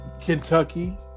Kentucky